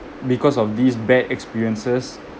because of these bad experiences